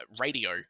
radio